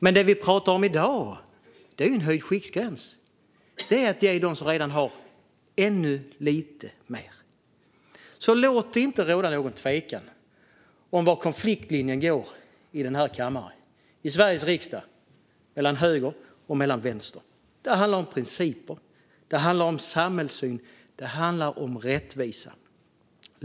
Men det vi pratar om i dag är ju en höjd skiktgräns - det är att ge ännu lite mer till dem som redan har. Låt det inte råda någon tvekan om var konfliktlinjen går i den här kammaren - i Sveriges riksdag - mellan höger och vänster. Det handlar om principer. Det handlar om samhällssyn. Det handlar om rättvisa.